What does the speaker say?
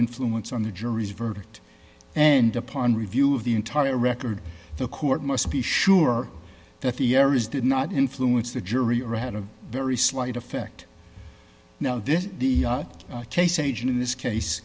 influence on the jury's verdict and upon review of the entire record the court must be sure that the errors did not influence the jury or had a very slight effect now this is the case agent in this case